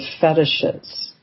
fetishes